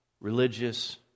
religious